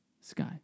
Sky